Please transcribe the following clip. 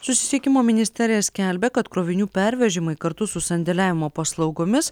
susisiekimo ministerija skelbia kad krovinių pervežimai kartu su sandėliavimo paslaugomis